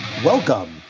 Welcome